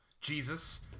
Jesus